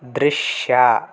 ದೃಶ್ಯ